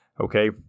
Okay